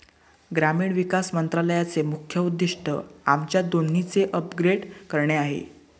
ग्रामीण विकास मंत्रालयाचे मुख्य उद्दिष्ट आमच्या दोन्हीचे अपग्रेड करणे आहे